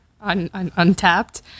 untapped